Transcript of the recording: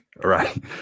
Right